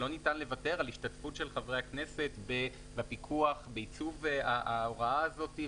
לא ניתן לוותר על השתתפות של חברי הכנסת בפיקוח ובעיצוב ההוראה הזאת.